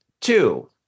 Two